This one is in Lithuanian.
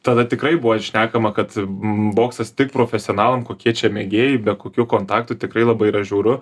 tada tikrai buvo šnekama kad boksas tik profesionalam kokie čia mėgėjai be kokių kontaktų tikrai labai yra žiauru